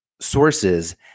sources